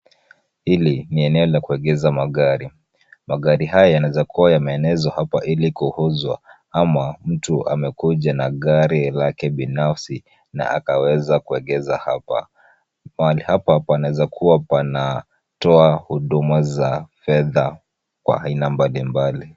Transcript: Hili ni eneo la kuegesha magari. Magari haya yanaweza kuwa yameenezwa hapa ili kuuzwa ama mtu amekuja na gari lake binafsi na akaweza kuegesha hapa. Pahali hapa panaweza kuwa panatoa huduma za fedha kwa aina mbalimbali.